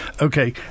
Okay